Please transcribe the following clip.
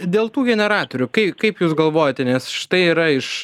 dėl tų generatorių kai kaip jūs galvojate nes štai yra iš